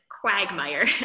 quagmire